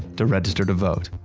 to register to vote,